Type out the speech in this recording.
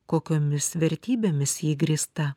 kokiomis vertybėmis ji grįsta